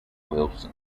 wilson